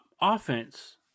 offense